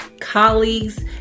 colleagues